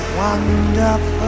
wonderful